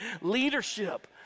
leadership